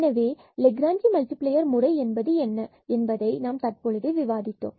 எனவே Lagrange multiplier முறை என்பது என்ன என்பதை நாம் தற்பொழுது விவாதித்தோம்